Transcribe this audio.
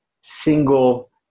single